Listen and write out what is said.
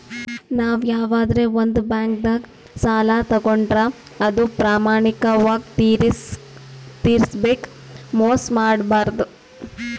ನಾವ್ ಯವಾದ್ರೆ ಒಂದ್ ಬ್ಯಾಂಕ್ದಾಗ್ ಸಾಲ ತಗೋಂಡ್ರ್ ಅದು ಪ್ರಾಮಾಣಿಕವಾಗ್ ತಿರ್ಸ್ಬೇಕ್ ಮೋಸ್ ಮಾಡ್ಬಾರ್ದು